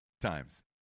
times